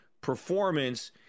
performance